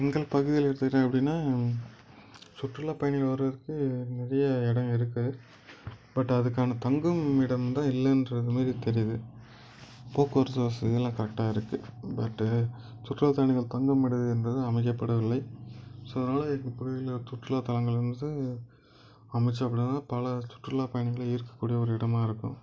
எங்கள் பகுதியில் எடுத்துக்கிட்டேன் அப்படின்னா சுற்றுலா பயணிகள் வருவதற்கு நிறைய எடம் இருக்குது பட் அதுக்கான தங்கும் இடம் தான் இல்லைன்றது மாதிரி தெரியுது போக்குவரத்து வசதிலாம் கரெக்டாக இருக்குது பட்டு சுற்றுலா பயணிகள் தங்கும் விடுதி என்பது அமைக்கப்படவில்லை ஸோ அதனால் இந்த பகுதியில் சுற்றுலாத்தலங்கள் வந்து அமைச்சோம் அப்படின்னாத்தான் பல சுற்றுலாப்பயணிகளை ஈர்க்கக்கூடிய ஒரு இடமாக இருக்கும்